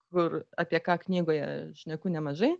kur apie ką knygoje šneku nemažai